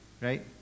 right